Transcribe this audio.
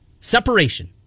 separation